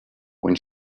when